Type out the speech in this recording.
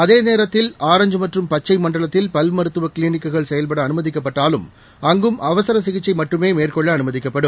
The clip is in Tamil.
அதேநேரத்தில் ஆரஞ்ச் மற்றும் பச்சை மண்டலத்தில் பல் மருத்துவ கிளினீக்குகள் செயல்பட அனுமதிக்கப்பட்டாலும் அங்கும் அவசர சிகிச்சை மட்டுமே மேற்கொள்ள அனுமதிக்கப்படும்